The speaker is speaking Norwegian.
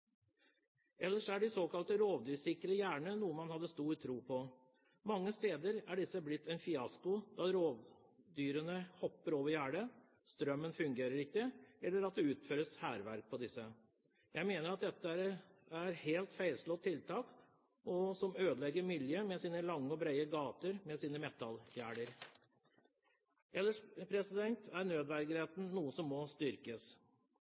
eller det utføres hærverk på disse. Jeg mener at dette er et helt feilslått tiltak som ødelegger miljøet med sine lange og brede gater og med metallgjerder. Ellers er nødvergeretten noe som må styrkes.